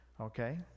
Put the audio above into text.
Okay